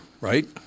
right